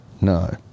no